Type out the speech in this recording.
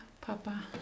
Papa